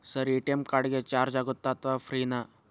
Sir ATM card ಗೆ charge ಆಗುತ್ತಾ ಅಥವಾ ಫ್ರೇ ನಾ?